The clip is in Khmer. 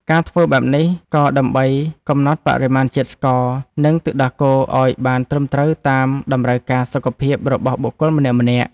ការធ្វើបែបនេះ ក៏ដើម្បីកំណត់បរិមាណជាតិស្ករ និងទឹកដោះគោឱ្យបានត្រឹមត្រូវតាមតម្រូវការសុខភាពរបស់បុគ្គលម្នាក់ៗ។